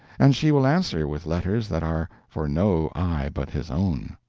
and she will answer with letters that are for no eye but his own.